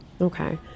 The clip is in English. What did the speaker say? Okay